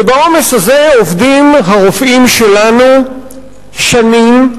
ובעומס הזה עובדים הרופאים שלנו שנים,